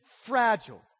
fragile